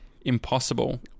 impossible